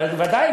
אבל בוודאי,